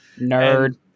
Nerd